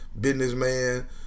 businessman